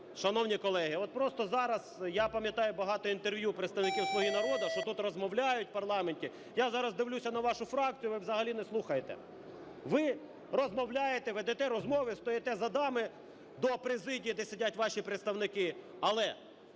Шановні колеги, от просто зараз, я пам'ятаю багато інтерв'ю представників "Слуги народу", що тут розмовляють в парламенті, я зараз дивлюся на вашу фракцію: ви взагалі не слухаєте, ви розмовляєте, ведете розмови, стоїте задами до президії, де сидять ваші представники.